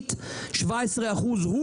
אוטומטית 17% מע"מ עבור המדינה,